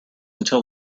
until